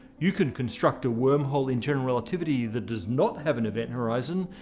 you can construct a wormhole in general relativity that does not have an event horizon,